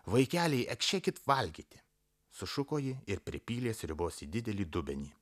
vaikeliai akšekit valgyti sušuko ji ir pripylė sriubos į didelį dubenį